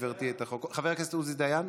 חבר הכנסת עוזי דיין,